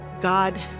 God